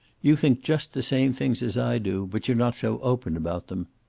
you think just the same things as i do, but you're not so open about them.